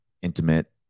Intimate